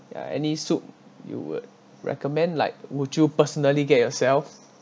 ya any soup you would recommend like would you personally get yourself